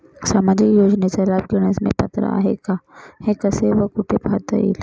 सामाजिक योजनेचा लाभ घेण्यास मी पात्र आहे का हे कसे व कुठे पाहता येईल?